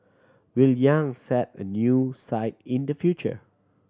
Will Yang set a new site in the future